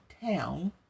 town